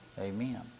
Amen